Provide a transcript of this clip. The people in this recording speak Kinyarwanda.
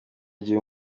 gihe